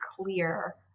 clear